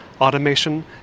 automation